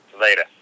Later